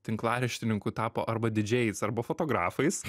tinklaraštininkų tapo arba didžėjais arba fotografais